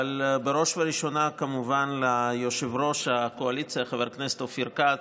אבל בראש ובראשונה ליושב-ראש הקואליציה חבר הכנסת אופיר כץ,